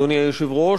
אדוני היושב-ראש,